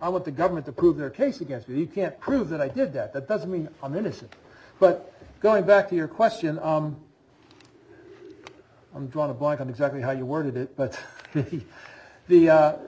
i want the government to prove their case against me you can't prove that i did that that doesn't mean i'm innocent but going back to your question i'm drawing a blank on exactly how you worded it but he's the